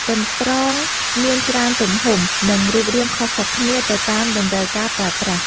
កន្ត្រងមានច្រើនទំហំ និងរូបរាងខុសៗគ្នាទៅតាមតម្រូវការប្រើប្រាស់។